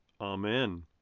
Amen